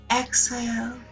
Exhale